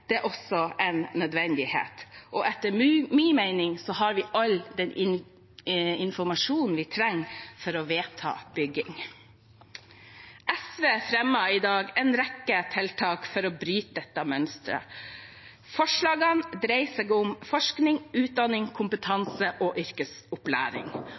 er også en nødvendighet, og etter min mening har vi all den informasjonen vi trenger for å vedta bygging. SV fremmer i dag en rekke tiltak for å bryte dette mønsteret. Forslagene dreier seg om forskning, utdanning,